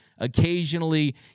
occasionally